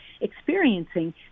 experiencing